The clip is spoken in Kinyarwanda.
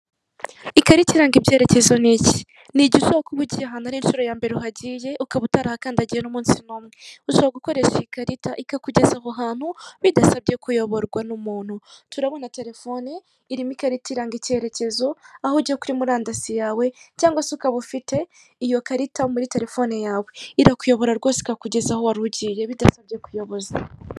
Ikarita iranga ibyerekezo niki niki? ushobora kuba ugiye ahantu ari inshuro ya mbere hagiye ukaba utarakandagiye n'umunsi umwe ushobora gukoresha ikarita ikakugeza aho hantu, bidasabye kuyoborwa n'umuntu turabona telefone irimo ikarita iranga icyerekezo, aho ugiye kuri murandasi yawe cyangwa se ukaba ufite iyo karita muri telefone yawe, irakuyobora rwose ikakugeza aho wari ugiye bidasabbye ko uyoboza.